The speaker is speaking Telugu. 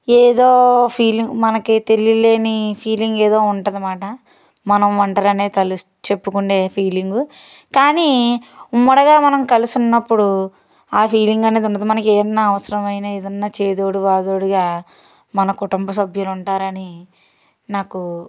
ఏదో ఫీల్ మనకి తెలియలేని ఫీలింగ్ ఏదో ఉంటుంది అన్నమాట మనం ఒంటరి అని తెలుస్ చెప్పుకునే ఫీలింగు కానీ ఉమ్మడిగా మనం కలిసినప్పుడు ఆ ఫీలింగ్ అనేది ఉండదు మనకి ఏదైన్నా అవసరమైన ఏదన్నా చేదోడు వాదోడుగా మన కుటుంబ సభ్యులు ఉంటారని నాకు